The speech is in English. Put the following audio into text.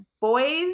Boys